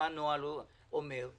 מה הנוהל אומר.